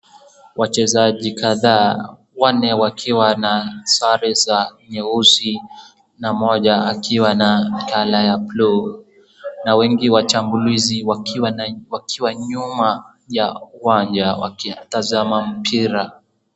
Wachezaji kadhaa wanne wakiwa sare za nyeusi na mmoja kaiwa na clour ya blue .Na wengi wachambulizi wakiwa nyuma ya uwanja wakitazama mpira.